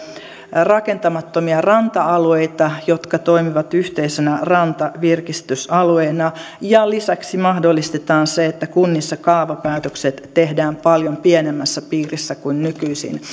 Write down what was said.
rakentamattomia ranta alueita jotka toimivat yhteisenä rantavirkistysalueena ja lisäksi mahdollistetaan se että kunnissa kaavapäätökset tehdään paljon pienemmässä piirissä kuin nykyisin